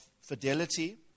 fidelity